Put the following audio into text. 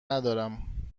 ندارم